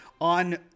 on